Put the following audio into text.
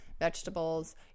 vegetables